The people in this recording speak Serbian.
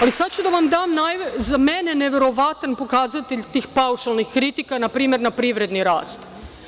Ali, sada ću da vam dam, za mene neverovatan pokazatelj tih paušalnih kritika, npr. na privredni rast.